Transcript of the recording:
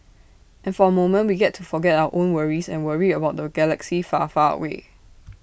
and for A moment we get to forget our own worries and worry about the galaxy far far away